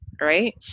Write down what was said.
right